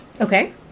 Okay